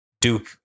Duke